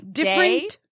different